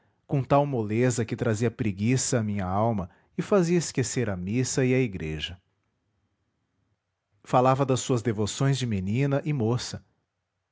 com tal moleza que trazia preguiça à minha alma e fazia esquecer a missa e a igreja falava das suas devoções de menina e moça